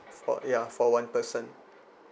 for ya for one person